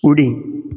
उडी